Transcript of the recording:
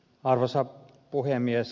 arvoisa puhemies